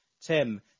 Tim